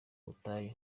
butayu